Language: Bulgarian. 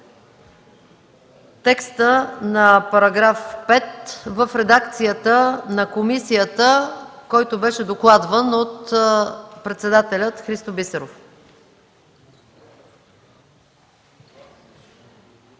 текста на § 5 в редакцията на комисията, който беше докладван от председателя й Христо Бисеров.